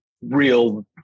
real